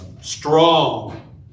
strong